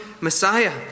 Messiah